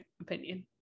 opinion